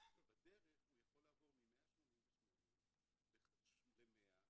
ובדרך הוא יכול לעבור מ-188% ל-100%,